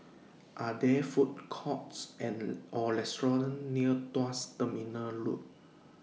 Are There Food Courts and Or restaurants near Tuas Terminal Road